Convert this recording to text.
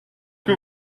que